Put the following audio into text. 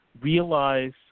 realize